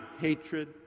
hatred